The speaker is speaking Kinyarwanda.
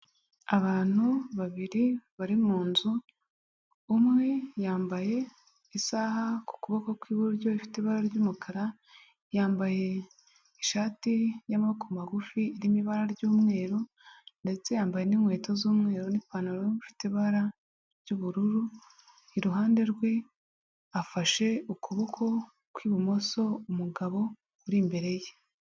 Abantu babiri bari munzu, umwe yambaye isaha ku kuboko kw'iburyo ifite ibara ry'umukara yambaye ishati y'amaboko magufi irimo ibara ry'umweru ndetse yambaye n'inkweto z'umweru n'ipantaro ifite ibara ry'ubururu, iruhande rwe afashe ukuboko kw'ibumoso umugabo uri imbere ye.